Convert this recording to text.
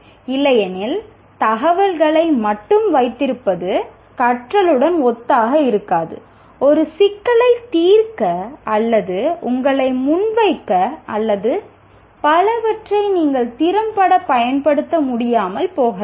கற்றல் குறித்த வெறும் தகல்வல்களை மட்டும் கற்று வைத்திருப்பது சரியாகாதுஅந்த தகல்வல்களை வைத்து பிரச்சனைகளை தீர்க்கவோ அல்லது திறம்பட பயன்படுத்தவோ முடியாமல் போகலாம்